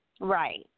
Right